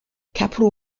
capital